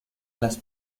las